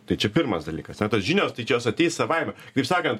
tai čia pirmas dalykas ane tos žinios tai čia jos ateis savaime kaip sakant